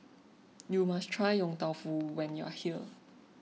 you must try Yong Tau Foo when you are here